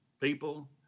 people